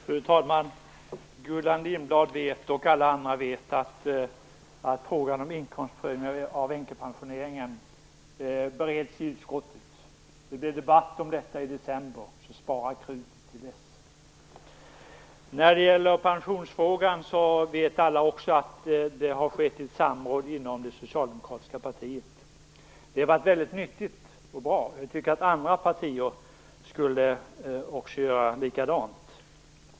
Fru talman! Gullan Lindblad och alla andra vet att frågan om inkomstprövningar av änkepensioneringen bereds i utskottet. Det blir debatt om detta i december, så spara krutet till dess. När det gäller pensionsfrågan vet alla också att det har skett ett samråd inom det socialdemokratiska partiet. Det har varit nyttigt och bra. Vi tycker att andra partier skulle göra likadant.